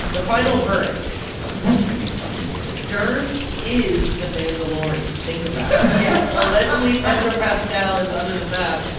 the final verdict. sounds like we're making funnies here. dern is the mandalorian. think about it. yes, allegedly pedro pascal is under the mask,